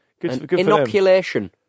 Inoculation